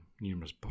numerous